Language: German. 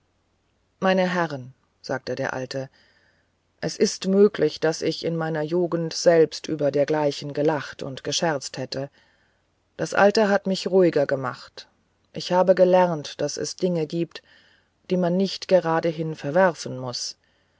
meine herren sagte der alte es ist möglich daß ich in meiner jugend selbst über dergleichen gelacht und gescherzt hätte das alter hat mich ruhiger gemacht ich habe gelernt daß es dinge gibt die man nicht geradehin verwerfen muß